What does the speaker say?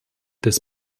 des